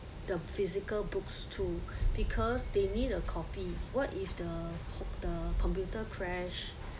the physical books too because they need a copy what if the the computer crash